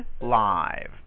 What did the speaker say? live